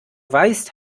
weißt